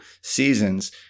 seasons